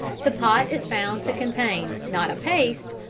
the pot is found to contain not a paste,